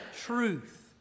truth